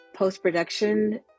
post-production